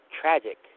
tragic